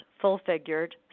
full-figured